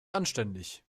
anständig